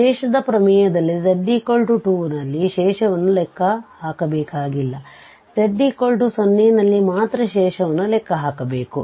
ಶೇಷದ ಪ್ರಮೇಯದಲ್ಲಿ z 2 ರಲ್ಲಿ ಶೇಷವನ್ನು ಲೆಕ್ಕ ಹಾಕಬೇಕಾಗಿಲ್ಲ z 0 ನಲ್ಲಿ ಮಾತ್ರ ಶೇಷವನ್ನು ಲೆಕ್ಕ ಹಾಕಬೇಕು